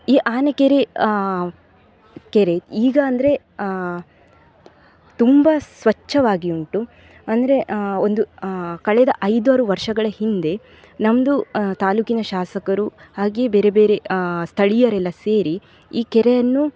ಈ ಆನೆಕೆರೆ ಕೆರೆ ಈಗ ಅಂದರೆ ತುಂಬ ಸ್ವಚ್ಛವಾಗಿ ಉಂಟು ಅಂದರೆ ಒಂದು ಕಳೆದ ಐದಾರು ವರ್ಷಗಳ ಹಿಂದೆ ನಮ್ಮದು ತಾಲೂಕಿನ ಶಾಸಕರು ಹಾಗೆಯೇ ಬೇರೆ ಬೇರೆ ಸ್ಥಳೀಯರೆಲ್ಲ ಸೇರಿ ಈ ಕೆರೆಯನ್ನು